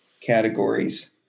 categories